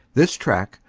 this track,